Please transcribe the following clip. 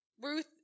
Ruth